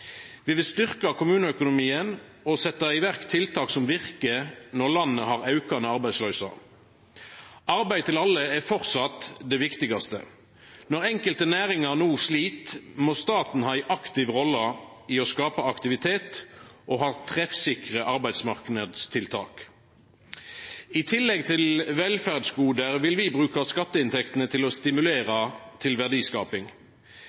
Vi vil styrkja kommuneøkonomien og setja i verk tiltak som verkar når landet har aukande arbeidsløyse. Arbeid til alle er framleis det viktigaste. Når enkelte næringar no slit, må staten ha ei aktiv rolle i å skapa aktivitet og ha treffsikre arbeidsmarknadstiltak. I tillegg til velferdsgoder vil vi bruka skatteinntektene til å